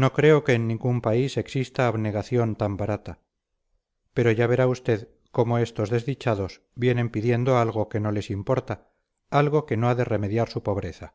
no creo que en ningún país exista abnegación más barata pero ya verá usted cómo estos desdichados vienen pidiendo algo que no les importa algo que no ha de remediar su pobreza